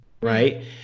right